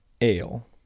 ale